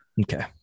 Okay